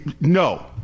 no